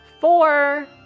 four